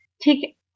take